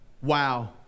wow